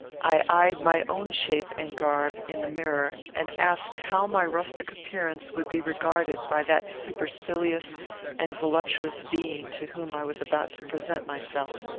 eyed my own shape and garb in the mirror, and asked how my rustic appearance would be regarded by that supercilious and voluptuous being to whom i was about to present myself.